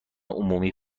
عمومی